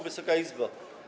Wysoka Izbo!